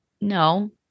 no